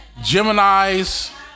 Geminis